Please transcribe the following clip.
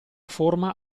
forma